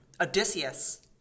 Odysseus